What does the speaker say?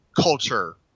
culture